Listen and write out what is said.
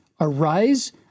arise